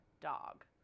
dog